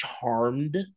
charmed